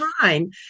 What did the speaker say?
time